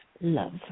love